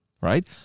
right